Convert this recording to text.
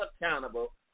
accountable